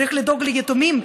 צריך לדאוג ליתומים.